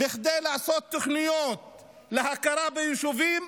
כדי לעשות תוכניות להכרה ביישובים,